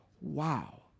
wow